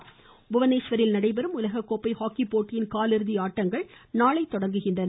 hockey புபனேஷ்வரில் நடைபெறும் உலக கோப்பை ஹாக்கி போட்டியின் காலிறுதி ஆட்டங்கள் நாளை தொடங்குகின்றன